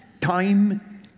Time